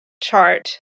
chart